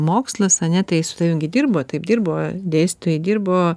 mokslas ane tai su tavim gi dirbo taip dirbo dėstytojai dirbo